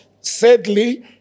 sadly